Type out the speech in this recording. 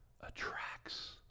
attracts